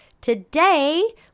Today